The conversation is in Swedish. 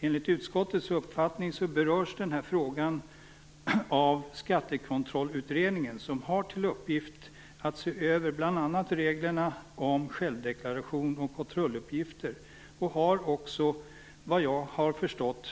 Enligt utskottets uppfattning berörs den här frågan av Skattekontrollutredningen, som har till uppgift att se över bl.a. reglerna om självdeklaration och kontrolluppgifter. Utredningen har också, efter vad jag har förstått,